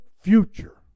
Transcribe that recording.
future